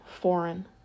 foreign